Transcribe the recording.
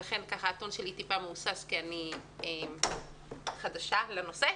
לכן הטון שלי קצת מהוסס כי אני חדשה לנושא.